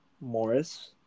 Morris